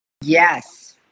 Yes